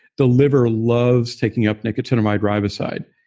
the liver loves taking up nicotinamide riboside.